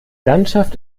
landschaft